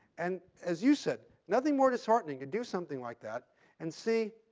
and as you said, nothing more disheartening to do something like that and see